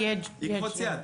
יקפוץ "יד".